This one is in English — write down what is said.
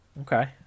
Okay